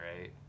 right